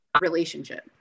relationship